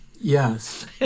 Yes